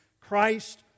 Christ